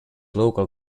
local